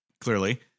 clearly